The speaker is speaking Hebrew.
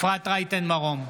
אפרת רייטן מרום,